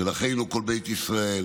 "אחינו כל בית ישראל